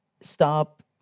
Stop